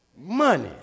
money